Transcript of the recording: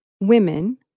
women